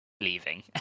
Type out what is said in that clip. leaving